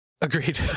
Agreed